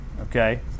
okay